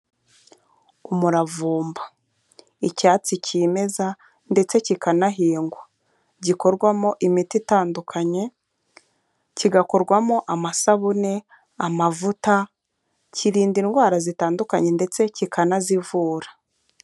Umuravumba, icyatsi kimeza ndetse kikanahingwa, gikorwamo imiti itandukanye kigakorwamo amasabune, amavuta, kirinda indwara zitandukanye ndetse kikanazivura.